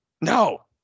No